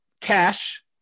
Cash